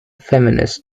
feminist